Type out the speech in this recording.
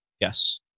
Yes